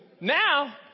Now